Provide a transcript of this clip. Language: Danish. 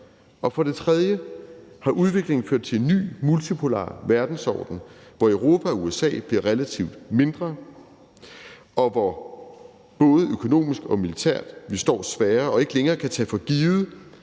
Og for det tredje har udviklingen ført til en ny multipolær verdensorden, hvor Europa og USA bliver relativt mindre, og hvor vi både økonomisk og militært står svagere og ikke længere kan tage for givet,